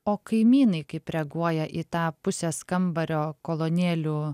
o kaimynai kaip reaguoja į tą pusės kambario kolonėlių